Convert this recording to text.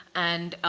and